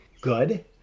good